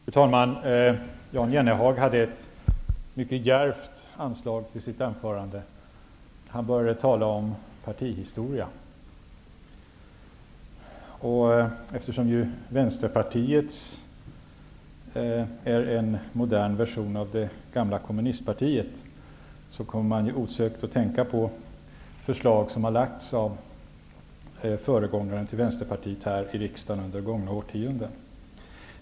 Fru talman! Jan Jennehag hade ett mycket djärvt anslag i sitt anförande. Han började tala om partihistoria. Eftersom Vänsterpartiet är en modern version av det gamla kommunistpartiet kommer man osökt att tänka på förslag som lagts fram av föregångaren till Vänsterpartiet här i riksdagen under gångna årtionden.